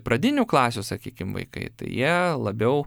pradinių klasių sakykim vaikai tai jie labiau